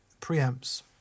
preamps